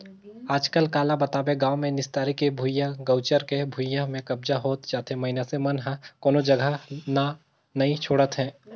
आजकल काला बताबे गाँव मे निस्तारी के भुइयां, गउचर के भुइयां में कब्जा होत जाथे मइनसे मन ह कोनो जघा न नइ छोड़त हे